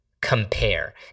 compare